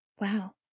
Wow